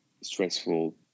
stressful